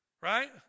right